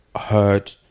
heard